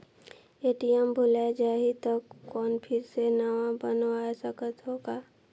ATM भुलाये जाही तो कौन फिर से नवा बनवाय सकत हो का?